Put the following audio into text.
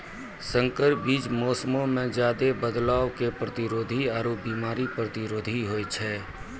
संकर बीज मौसमो मे ज्यादे बदलाव के प्रतिरोधी आरु बिमारी प्रतिरोधी होय छै